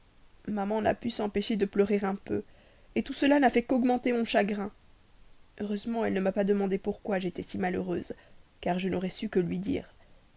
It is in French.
maman n'a pas pu s'empêcher de pleurer un peu tout cela n'a fait qu'augmenter mon chagrin heureusement elle ne m'a pas demandé pourquoi j'étais si malheureuse car je n'aurais su que lui dire